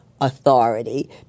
authority